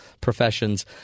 professions